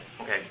Okay